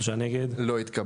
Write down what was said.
3 נמנעים, 0 הרביזיה לא התקבלה.